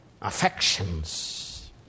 Affections